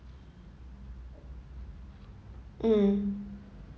mm